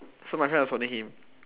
so my friend was holding him